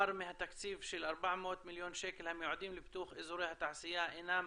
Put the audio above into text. מהתקציב של 400 מיליון שקל המיועדים לפיתוח אזורי התעשייה אינו